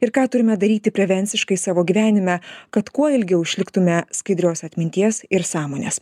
ir ką turime daryti prevenciškai savo gyvenime kad kuo ilgiau išliktume skaidrios atminties ir sąmonės